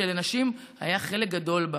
שלנשים היה חלק גדול בה.